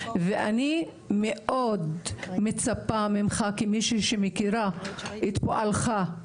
ואני מאוד מצפה ממך כמישהי שמכירה את פועלך,